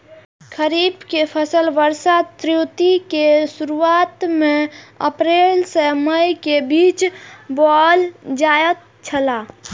खरीफ के फसल वर्षा ऋतु के शुरुआत में अप्रैल से मई के बीच बौअल जायत छला